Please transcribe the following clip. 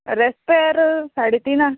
रेसपेर साडे तिना